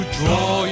draw